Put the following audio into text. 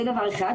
זה דבר אחד.